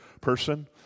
person